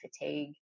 fatigue